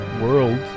World